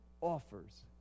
offers